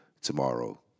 tomorrow